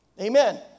Amen